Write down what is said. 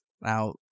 Now